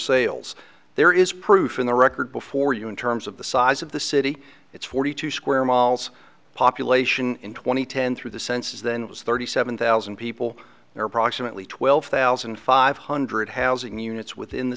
sales there is proof in the record before you in terms of the size of the city it's forty two square miles population in two thousand and ten through the senses then it was thirty seven thousand people or approximately twelve thousand five hundred housing units within the